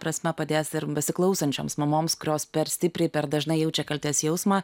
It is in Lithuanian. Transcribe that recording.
prasme padės ir besiklausančioms mamoms kurios per stipriai per dažnai jaučia kaltės jausmą